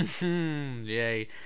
Yay